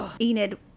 Enid